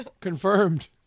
confirmed